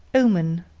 omen,